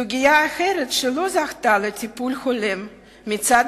סוגיה אחרת שלא זכתה לטיפול הולם מצד